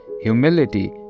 humility